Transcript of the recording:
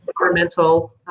environmental